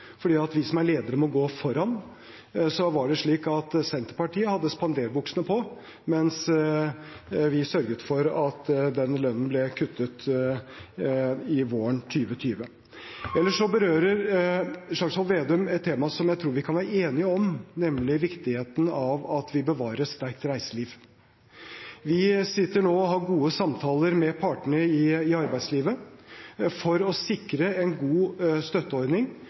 fordi vi som er ledere, må gå foran – var det slik at Senterpartiet hadde spanderbuksene på, mens vi sørget for at den lønnen ble kuttet våren 2020. Ellers berører Slagsvold Vedum et tema som jeg tror vi kan være enige om, nemlig viktigheten av at vi bevarer et sterkt reiseliv. Vi sitter nå og har gode samtaler med partene i arbeidslivet for å sikre en god støtteordning